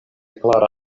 neklara